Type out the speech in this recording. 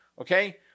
okay